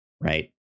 right